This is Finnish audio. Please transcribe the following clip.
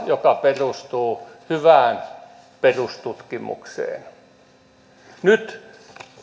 joka perustuu hyvään perustutkimukseen nyt